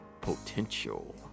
potential